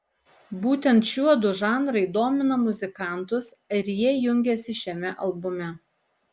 būtent šiuodu žanrai domina muzikantus ir jie jungiasi šiame albume